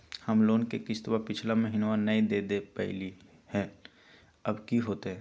हम लोन के किस्तवा पिछला महिनवा नई दे दे पई लिए लिए हल, अब की होतई?